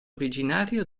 originario